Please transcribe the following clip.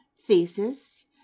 thesis